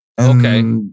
Okay